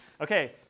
Okay